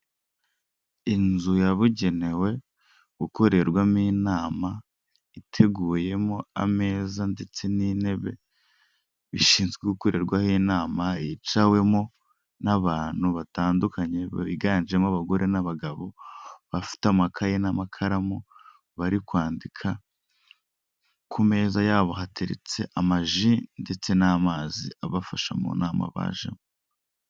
Inzu yabugenewe gukorerwamo inama iteguyemo ameza, ndetse n'intebe bishinzwe gukorerwaho inama yicawemo n'abantu batandukanye biganjemo abagore n'abagabo bafite amakaye n'amakaramu bari kwandika ku meza yabo hateretse amaji, ndetse n'amazi abafasha mu nama bajemo.